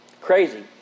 Crazy